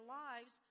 lives